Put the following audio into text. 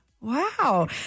Wow